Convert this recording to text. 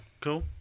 Cool